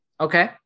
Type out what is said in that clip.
Okay